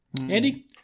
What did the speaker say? Andy